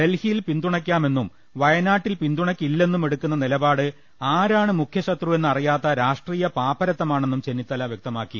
ഡൽഹിയിൽ പിന്തുണക്കാമെന്നും വയനാട്ടിൽ പിന്തുണക്കില്ലെന്നും എടുക്കുന്ന നിലപാട് ആരാണ് മുഖ്യശത്രു വെന്ന് അറിയാത്ത രാഷ്ട്രീയ പാപ്പരത്തമാണെന്നും ചെന്നിത്തല വൃക്തമാക്കി